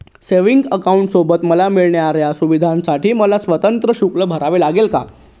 Savings अकाउंटसोबत मला मिळणाऱ्या सुविधांसाठी मला स्वतंत्र शुल्क भरावे लागेल का?